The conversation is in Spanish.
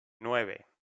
nueve